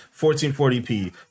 1440p